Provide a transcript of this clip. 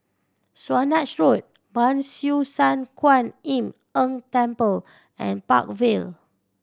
Swanage Road Ban Siew San Kuan Im Tng Temple and Park Vale